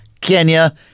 Kenya